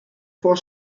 four